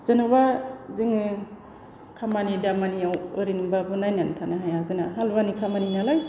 जेन'बा जोङो खामानि दामानियाव ओरैनोब्लाबो नायनानै थानो हाया जोंना हालुवानि खामानि नालाय